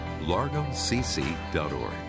largocc.org